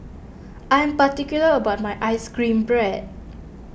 I am particular about my Ice Cream Bread